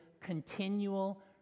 continual